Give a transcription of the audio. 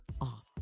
off